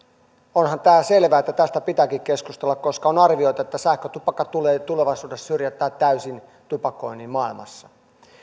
onhan tämä selvää että tästä pitääkin keskustella koska on arvioitu että sähkötupakka tulee tulevaisuudessa syrjäyttämään täysin tupakoinnin maailmassa